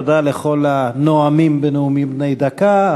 תודה לכל הנואמים בנאומים בני דקה.